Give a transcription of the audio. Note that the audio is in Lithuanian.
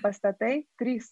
pastatai trys